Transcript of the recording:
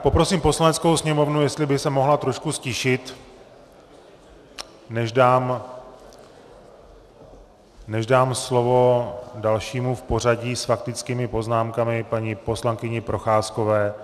Poprosím Poslaneckou sněmovnu, jestli by se mohla trošku ztišit, než dám slovo dalšímu v pořadí s faktickými poznámkami paní poslankyni Procházkové.